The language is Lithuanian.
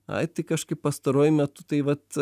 ai tai kažkaip pastaruoju metu tai vat